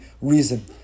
reason